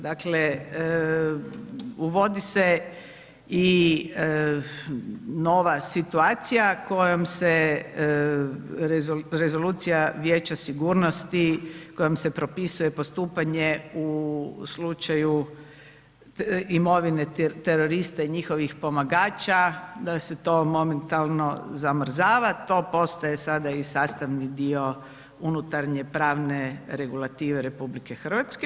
Dakle, uvodi se i nova situacija kojom se rezolucija Vijeća sigurnosti, kojom se propisuje postupanje u slučaju imovine terorista i njihovih pomagača, da se to momentalno zamrzava, to postaje sada i sastavni dio unutarnje pravne regulative RH.